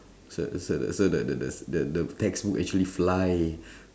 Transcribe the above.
so that so that the the s~ the the textbook actually fly